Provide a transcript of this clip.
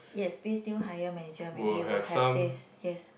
yes this new hired manager maybe will have this yes